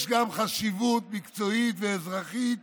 יש גם חשיבות מקצועית ואזרחית